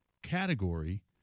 category